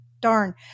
darn